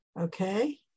Okay